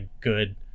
good